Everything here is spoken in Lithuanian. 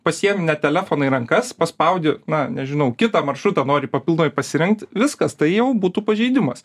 pasiemi net telefoną į rankas paspaudi na nežinau kitą maršrutą nori papildomai pasirinkt viskas tai jau būtų pažeidimas